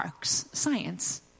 science